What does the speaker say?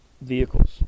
vehicles